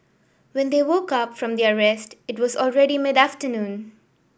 when they woke up from their rest it was already mid afternoon